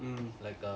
mmm